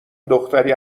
دختری